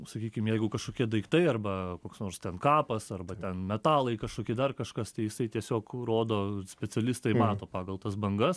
sakykim jeigu kažkokie daiktai arba koks nors ten kapas arba ten metalai kažkokie dar kažkas tai jisai tiesiog rodo specialistai mato pagal tas bangas